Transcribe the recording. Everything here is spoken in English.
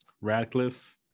Radcliffe